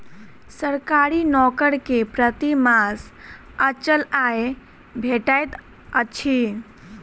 सरकारी नौकर के प्रति मास अचल आय भेटैत अछि